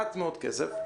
אבל